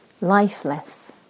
lifeless